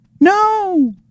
no